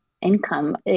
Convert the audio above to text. income